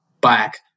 back